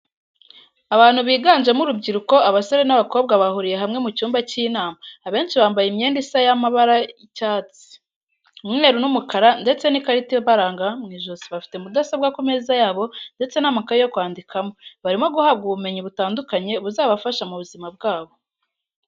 Abantu biganjemo urubyiruko abasore n'abakobwa bahuriye hamwe mu cyumba cy'inama abenshi bambaye imyenda isa y'amabara y'icyatsi, umweru n'umukara ndetse n'ikarita ibaranga mw'ijosi bafite mudasobwa ku meza yabo ndetse n'amakaye yo kwandikamo, barimo guhabwa ubumenyi butandukanye buzabafasha mu buzima bwabo.